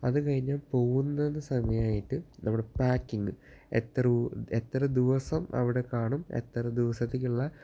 അതുകഴിഞ്ഞ് പോവുന്നത് സമയമായിട്ട് നമ്മുടെ പാക്കിംഗ് എത്ര എത്ര ദിവസം അവിടെ കാണും എത്ര ദിവസത്തെക്കുള്ള